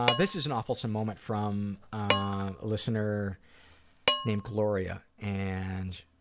um this is an awfulsome moment from a listener named gloria and